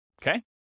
okay